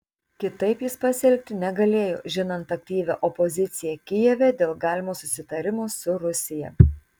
kitaip jis pasielgti negalėjo žinant aktyvią opoziciją kijeve dėl galimo susitarimo su rusija